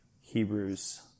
Hebrews